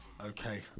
okay